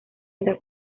está